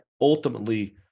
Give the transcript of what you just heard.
ultimately